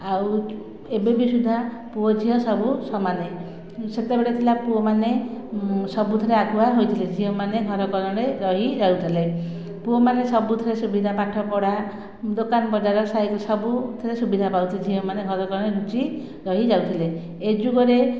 ଆଉ ଏବେବି ସୁଧା ପୁଅଝିଅ ସବୁ ସମାନ ସେତେବେଳେ ଥିଲା ପୁଅମାନେ ସବୁଥିରେ ଆଗୁଆ ହୋଇଥିଲେ ଝିଅମାନେ ଘରକୋଣ ରେ ରହିଯାଉଥିଲେ ପୁଅମାନେ ସବୁଥିରେ ସୁବିଧା ପାଠପଢ଼ା ଦୋକାନ ବଜାର ସାହିରେ ସବୁଥିରେ ସୁବିଧା ପାଉଥିଲେ ଝିଅମାନେ ଘରକୋଣରେ ଲୁଚିରହିଯାଉଥିଲେ ଏଯୁଗରେ